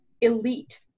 elite